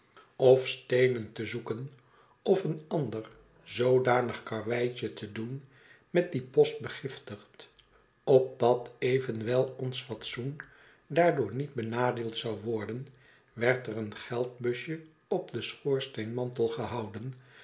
of steenen te zoeken of een ander zoodanig karweitje te doen met dien post begiftigd opdat even wel ons fatsoen daardoor niet benadeeld zou worden werd er een geldbusje op den schoorsteenmantel gehouden